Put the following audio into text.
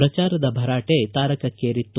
ಪ್ರಜಾರದ ಭರಾಟೆ ತಾರಕ್ಕೇರಿತ್ತು